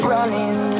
Running